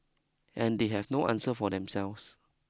and they have no answer for themselves